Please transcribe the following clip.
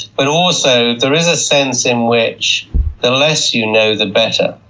but also, there is a sense in which the less you know the better.